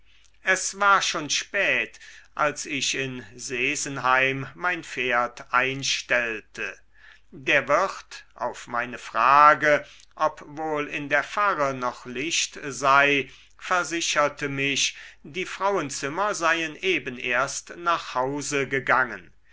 es war schon spät als ich in sesenheim mein pferd einstellte der wirt auf meine frage ob wohl in der pfarre noch licht sei versicherte mich die frauenzimmer seien eben erst nach hause gegangen